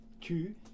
Tu